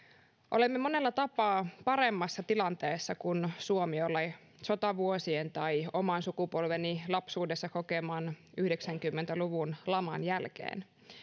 päätyttyä olemme monella tapaa paremmassa tilanteessa kuin suomi oli sotavuosien tai oman sukupolveni lapsuudessa kokeman tuhatyhdeksänsataayhdeksänkymmentä luvun laman jälkeen